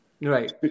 Right